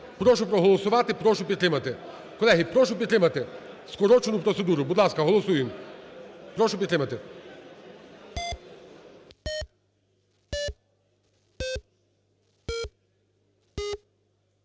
Прошу проголосувати, прошу підтримати. Колеги, прошу підтримати скорочену процедуру. Будь ласка, голосуємо. Прошу підтримати.